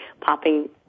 popping